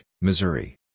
Missouri